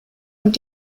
und